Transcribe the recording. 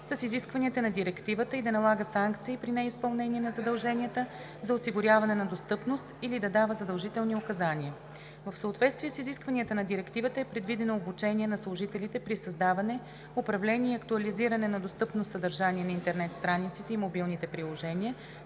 с изискванията на Директивата и да налага санкции при неизпълнение на задълженията за осигуряване на достъпност или да дава задължителни указания. В съответствие с изискванията на Директивата е предвидено обучение на служителите при създаване, управление и актуализиране на достъпното съдържание на интернет страниците и мобилните приложения,